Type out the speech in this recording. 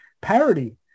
parody